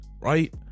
right